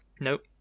Nope